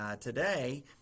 today